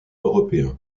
européen